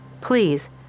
Please